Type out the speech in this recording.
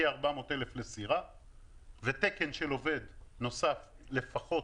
כ-400,000 לסירה ותקן של עובד נוסף לפחות.